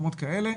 מקומות כאלה.